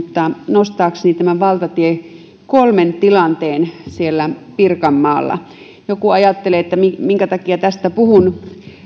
nostaakseni tämän valtatie kolmen tilanteen pirkanmaalla joku ajattelee että minkä takia tästä puhun